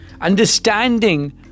Understanding